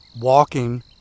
Walking